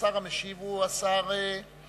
והשר המשיב הוא שר החינוך.